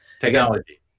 Technology